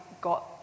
got